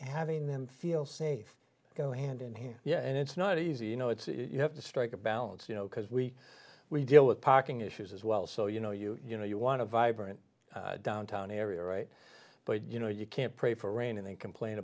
having them feel safe go hand in hand yeah and it's not easy you know it's you have to strike a balance you know because we we deal with parking issues as well so you know you you know you want a vibrant downtown area right but you know you can't pray for rain and then complain